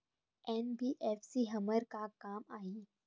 NBFC हमर का काम आही?